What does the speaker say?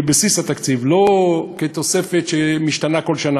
לא כתוספת שמשתנה בכל שנה,